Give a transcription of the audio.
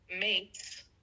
mates